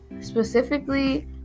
specifically